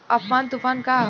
Amphan तुफान का ह?